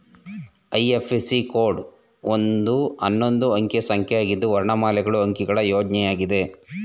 IFSC code ಒಂದು ಹನ್ನೊಂದು ಅಂಕಿಯ ಸಂಖ್ಯೆಯಾಗಿದ್ದು ವರ್ಣಮಾಲೆಗಳು ಅಂಕಿಗಳ ಸಂಯೋಜ್ನಯಾಗಿದೆ